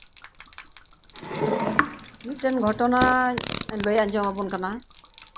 ᱢᱤᱫᱴᱮᱱ ᱜᱷᱚᱴᱚᱱᱟᱧ ᱞᱟᱹᱭ ᱟᱸᱡᱚᱢ ᱟᱵᱚᱱ ᱠᱟᱱᱟ